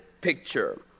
picture